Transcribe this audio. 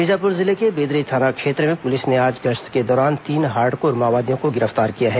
बीजापुर जिले के बेदरे थाना क्षेत्र में पुलिस ने आज गश्त के दौरान तीन हार्डकोर माओवादियों को गिरफ्तार किया है